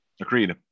Agreed